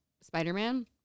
Spider-Man